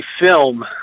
film